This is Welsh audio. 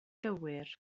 gywir